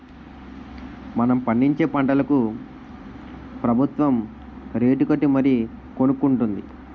మనం పండించే పంటలకు ప్రబుత్వం రేటుకట్టి మరీ కొనుక్కొంటుంది